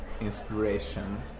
inspiration